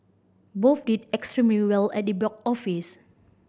both did extremely well at the box office